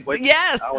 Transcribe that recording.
Yes